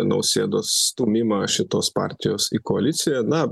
nausėdos stūmimą šitos partijos į koaliciją na